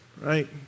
Right